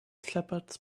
shepherds